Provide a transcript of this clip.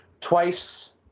twice